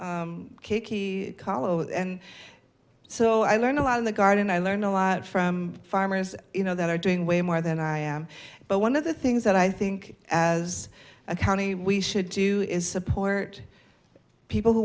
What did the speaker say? kahlo and so i learned a lot in the garden i learned a lot from farmers you know that are doing way more than i am but one of the things that i think as a county we should do is support people who